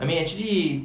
I mean actually